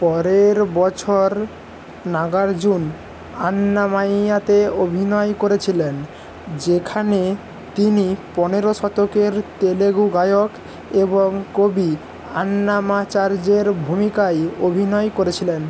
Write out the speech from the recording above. পরের বছর নাগার্জুন আন্নামাইয়াতে অভিনয় করেছিলেন যেখানে তিনি পনেরো শতকের তেলুগু গায়ক এবং কবি আন্নামাচার্যের ভূমিকায় অভিনয় করেছিলেন